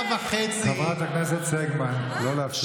חברת הכנסת סגמן, לא להפריע.